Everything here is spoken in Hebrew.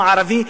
בעולם הערבי,